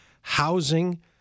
housing